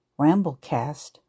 Ramblecast